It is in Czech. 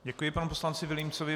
Děkuji panu poslanci Vilímcovi.